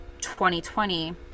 2020